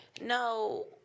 No